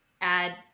add